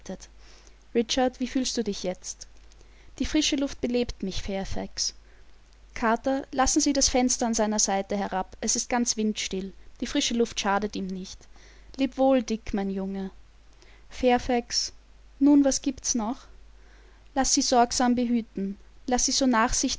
richard wie fühlst du dich jetzt die frische luft belebt mich fairfax carter lassen sie das fenster an seiner seite herab es ist ganz windstill die frische luft schadet ihm nicht lebwohl dick mein junge fairfax nun was giebt's noch laß sie sorgsam behüten laß sie so nachsichtig